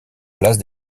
place